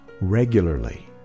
regularly